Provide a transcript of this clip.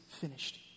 finished